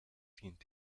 dient